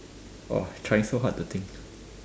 !wah! trying so hard to think